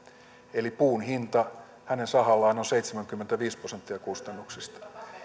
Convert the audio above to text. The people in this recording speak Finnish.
eli puun hinta hänen sahallaan on seitsemänkymmentäviisi prosenttia kustannuksista